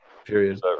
period